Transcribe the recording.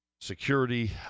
security